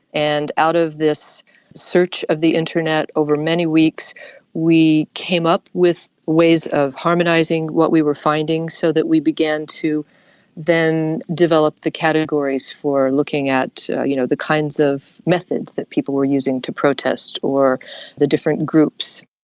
and out of this search of the internet over many weeks we came up with ways of harmonising what we were finding so that we began to then develop the categories for looking at you know the kinds of methods that people were using to protest or the different groups.